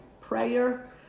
prayer